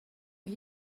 are